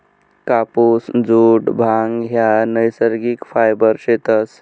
कापुस, जुट, भांग ह्या नैसर्गिक फायबर शेतस